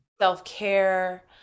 self-care